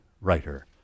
writer